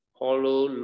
hollow